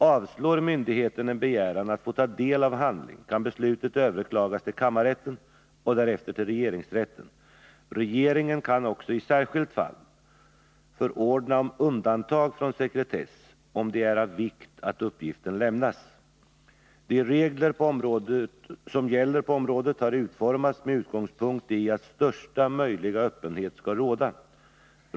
Avslår myndigheten en begäran att få ta del av handling kan beslutet överklagas till kammarrätten och därefter till regeringsrätten. Regeringen kan också i särskilt fall förordna om undantag från sekretess, om det är av vikt att uppgiften lämnas. De regler som gäller på området har utformats med utgångspunkt i att största möjliga öppenhet skall råda.